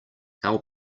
our